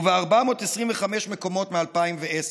וב-425 מקומות מ-2010.